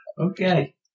Okay